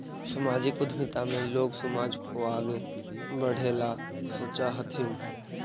सामाजिक उद्यमिता में लोग समाज को आगे बढ़े ला सोचा हथीन